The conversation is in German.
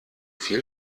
viel